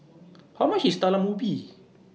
How much IS Talam Ubi